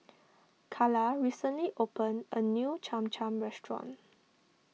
Calla recently opened a new Cham Cham restaurant